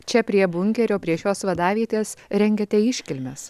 čia prie bunkerio prie šios vadavietės rengiate iškilmes